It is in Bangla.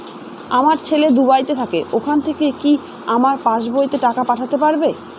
আমার ছেলে দুবাইতে থাকে ওখান থেকে কি আমার পাসবইতে টাকা পাঠাতে পারবে?